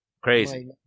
Crazy